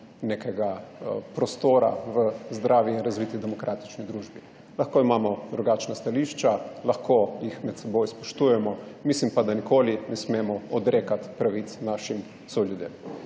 nekega prostora v zdravi in razviti demokratični družbi. Lahko imamo drugačna stališča, lahko jih med seboj spoštujemo, mislim pa, da nikoli ne smemo odrekati pravic našim soljudem.